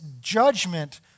judgment